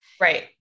Right